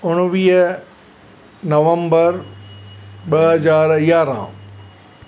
उणिवीह नवंबर ॿ हज़ार यारहं